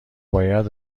باید